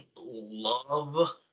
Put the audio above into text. love